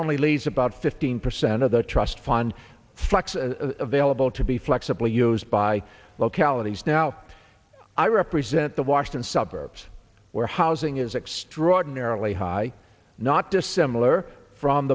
only leaves about fifteen percent of the trust fund flex vailable to be flexible used by localities now i represent the washington suburbs where housing is extraordinarily high not dissimilar from